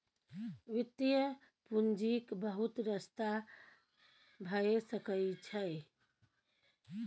वित्तीय पूंजीक बहुत रस्ता भए सकइ छै